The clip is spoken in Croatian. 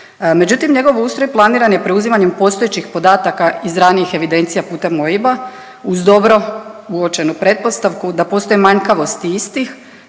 Međutim, njegov ustroj planiran je preuzimanjem postojećih podataka iz ranijih evidencija putem OIB-a uz dobro uočenu pretpostavku da postoje manjkavosti istih